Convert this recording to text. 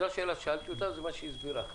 זאת השאלה ששאלתי והיא הסבירה.